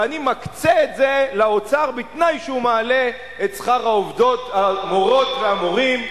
ואני מקצה את זה לאוצר בתנאי שהוא מעלה את שכר המורות והמורים,